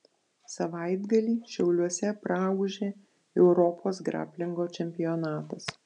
savaitgalį šiauliuose praūžė europos graplingo čempionatas